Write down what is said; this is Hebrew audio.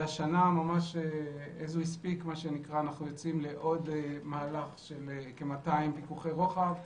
השנה אנחנו יוצאים למהלך של כ-200 פיקוחי רוחב,